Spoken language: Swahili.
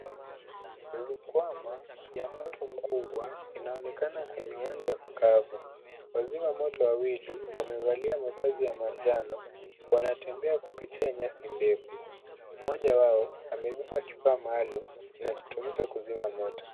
Rukwama ya moto mkubwa inaonekana kwenye uwanja mkavu. Wazimamoto wawili wamevalia mavazi ya manjano. Wanatembea kupitia nyasi ndefu. Mmoja wao amebeba kifaa maalum kinachotumika kuzima moto.